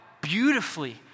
beautifully